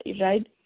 Right